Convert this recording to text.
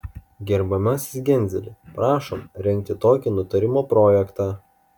gerbiamasis genzeli prašom rengti tokį nutarimo projektą